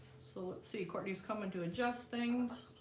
so, let's see courtney's coming to adjust things